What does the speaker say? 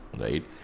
Right